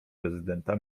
prezydenta